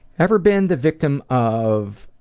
ever been the victim of